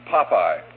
Popeye